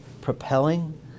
propelling